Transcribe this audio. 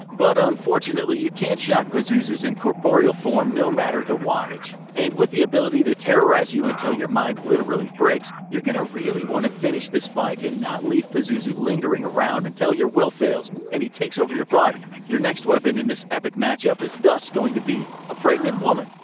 but unfortunately you can't shock pazuzu's incorporeal form, no matter the wattage, and with the ability to terrorize you until your mind literally breaks, you're really going to want to finish this fight and not leave pazuzu lingering around until your will fails and and he takes over your body. your next weapon in this epic match up is thus going to be. a pregnant woman.